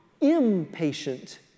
impatient